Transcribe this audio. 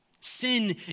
Sin